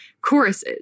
choruses